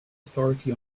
authority